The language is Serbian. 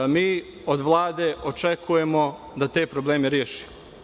Mi od Vlade očekujemo da te probleme reši.